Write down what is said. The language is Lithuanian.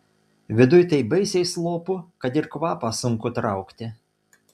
viduj taip baisiai slopu kad ir kvapą sunku traukti